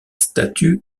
statue